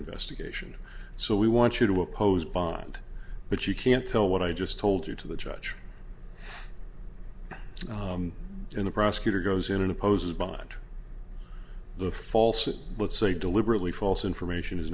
investigation so we want you to oppose bond but you can't tell what i just told you to the judge and the prosecutor goes in and opposes bond the false let's say deliberately false information is